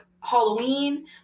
Halloween